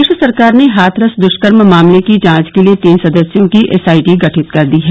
प्रदेश सरकार ने हाथरस दुष्कर्म मामले की जांच के लिए तीन सदस्यों की एसआईटी गठित कर दी है